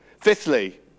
Fifthly